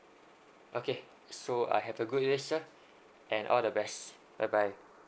okay so uh have a good day sir and all the rest bye bye